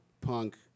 punk